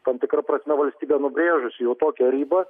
tam tikra prasme valstybė nubrėžusi jau tokią ribą